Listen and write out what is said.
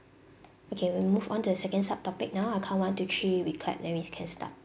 okay we move on to the second sub topic now I count one two three we clap then we can start